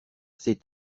ces